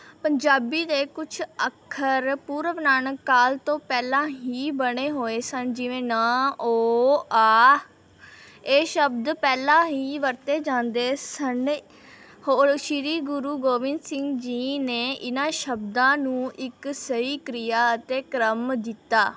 ਪੰਜਾਬੀ ਦੇ ਕੁਛ ਅੱਖਰ ਪੂਰਵ ਨਾਨਕ ਕਾਲ ਤੋਂ ਪਹਿਲਾਂ ਹੀ ਬਣੇ ਹੋਏ ਸਨ ਜਿਵੇਂ ਨ ਓ ਆ ਇਹ ਸ਼ਬਦ ਪਹਿਲਾਂ ਹੀ ਵਰਤੇ ਜਾਂਦੇ ਸਨ ਹੋਰ ਸ਼੍ਰੀ ਗੁਰੂ ਗੋਬੰਦ ਸਿੰਘ ਜੀ ਨੇ ਇਹਨਾਂ ਸ਼ਬਦਾਂ ਨੂੰ ਇੱਕ ਸਹੀ ਕ੍ਰਿਆ ਅਤੇ ਕ੍ਰਮ ਦਿੱਤਾ